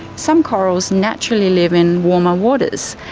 some corals naturally live in warmer waters,